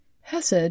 Hesed